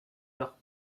leur